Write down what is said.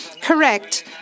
correct